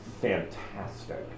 fantastic